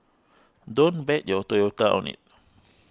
don't bet your Toyota on it